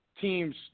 teams